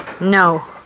No